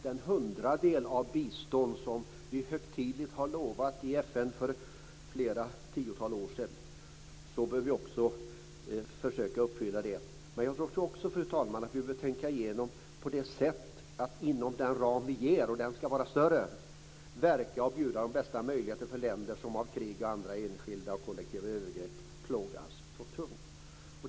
Den hundradel till bistånd som vi högtidligt har lovat i FN för flera tiotal år sedan bör vi också försöka uppfylla. Vi bör också tänka igenom biståndet, fru talman, så att vi inom den ram vi ger - och den bör vara större - kan verka för och bjuda de bästa möjligheterna för länder som plågas så tungt av krig och andra enskilda och kollektiva övergrepp.